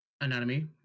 anatomy